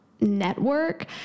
network